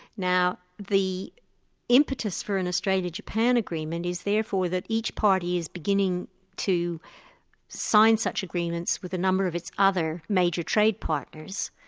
now the impetus for an australia-japan agreement is therefore that each party is beginning to sign such agreements with a number of its other major trade partners,